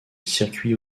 circuit